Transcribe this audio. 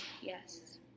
Yes